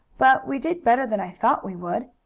but we did better than i thought we would.